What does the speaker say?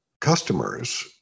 customers